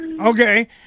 Okay